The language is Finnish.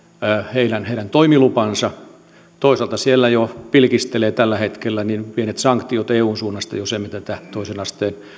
heidän heidän toimilupansa toisaalta siellä pilkistelee jo tällä hetkellä pienet sanktiot eun suunnasta jos emme tätä toisen asteen